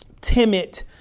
timid